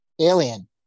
Alien